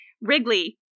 Wrigley